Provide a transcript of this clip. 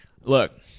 look